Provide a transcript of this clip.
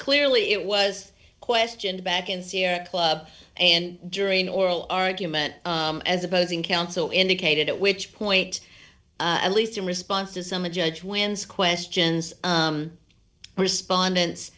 clearly it was questioned back in sierra club and during oral argument as opposing counsel indicated at which point at least in response to some a judge wins questions respondents